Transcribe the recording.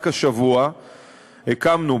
רק השבוע הקמנו,